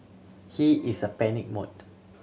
he is a panic mode